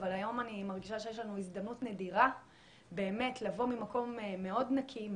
אבל היום אני מרגישה שיש לנו הזדמנות נדירה לבוא ממקום מאוד נקי,